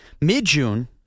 mid-June